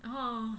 oh